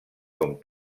com